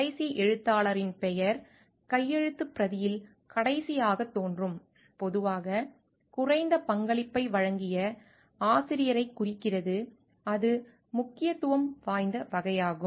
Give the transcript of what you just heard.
கடைசி எழுத்தாளரின் பெயர் கையெழுத்துப் பிரதியில் கடைசியாக தோன்றும் பொதுவாக குறைந்த பங்களிப்பை வழங்கிய ஆசிரியரைக் குறிக்கிறது அது முக்கியத்துவம் வாய்ந்த வகையாகும்